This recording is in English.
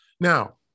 Now